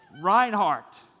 Reinhardt